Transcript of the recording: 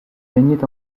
régnait